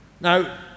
Now